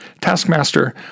Taskmaster